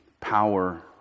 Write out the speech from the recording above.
power